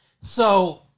So-